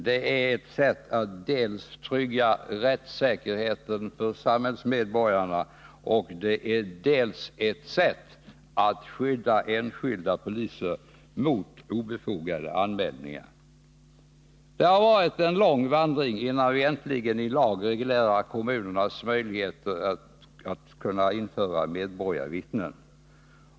Det är ett sätt att dels trygga rättsäkerheten för samhällsmedborgarna, dels skydda enskilda poliser mot obefogade anmälningar. Det har varit en lång vandring innan vi äntligen i lag reglerar kommunernas möjligheter att införa medborgarvittnen.